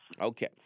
Okay